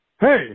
Hey